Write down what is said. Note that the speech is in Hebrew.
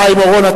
חיים אורון,